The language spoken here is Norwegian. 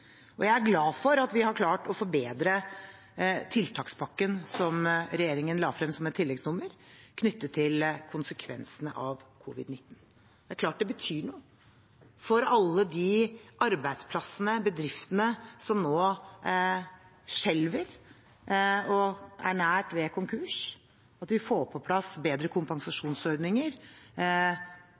Og jeg er glad for at vi har klart å forbedre tiltakspakken som regjeringen la frem som et tilleggsnummer knyttet til konsekvensene av covid-19. Det er klart det betyr noe for alle de arbeidsplassene og bedriftene som nå skjelver og er nær konkurs, at vi får på plass bedre kompensasjonsordninger